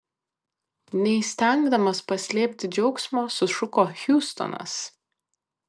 neįstengdamas paslėpti džiaugsmo sušuko hiustonas